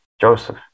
Joseph